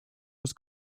was